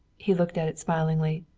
he looked at it smilingly.